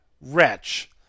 wretch